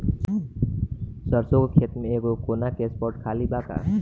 सरसों के खेत में एगो कोना के स्पॉट खाली बा का?